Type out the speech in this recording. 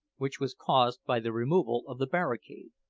which was caused by the removal of the barricade.